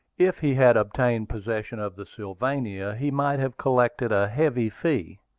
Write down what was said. if he had obtained possession of the sylvania, he might have collected a heavy fee.